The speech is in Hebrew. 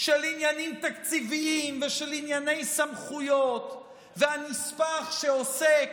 של עניינים תקציביים ושל ענייני סמכויות והנספח שעוסק